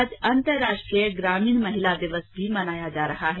आज अंतराष्ट्रीय ग्रामीण महिला दिवस भी मनाया जा रहा है